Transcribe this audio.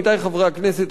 עמיתי חברי הכנסת,